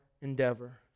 endeavor